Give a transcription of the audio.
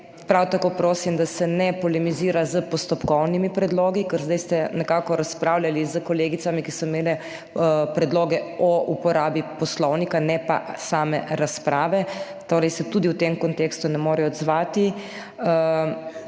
Prav tako prosim, da se ne polemizira s postopkovnimi predlogi, ker zdaj ste nekako razpravljali s kolegicami, ki so imele predloge o uporabi Poslovnika, ne pa same razprave, torej se tudi v tem kontekstu ne more odzvati.